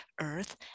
Earth